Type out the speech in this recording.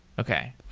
okay.